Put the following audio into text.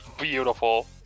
Beautiful